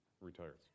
retires